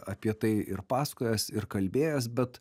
apie tai ir pasakojęs ir kalbėjęs bet